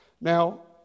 Now